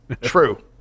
True